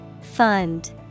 Fund